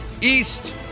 East